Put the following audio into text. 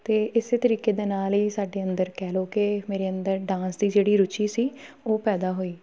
ਅਤੇ ਇਸੇ ਤਰੀਕੇ ਦੇ ਨਾਲ ਹੀ ਸਾਡੇ ਅੰਦਰ ਕਹਿ ਲਓ ਕਿ ਮੇਰੇ ਅੰਦਰ ਡਾਂਸ ਦੀ ਜਿਹੜੀ ਰੁਚੀ ਸੀ ਉਹ ਪੈਦਾ ਹੋਈ